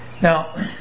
Now